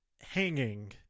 hanging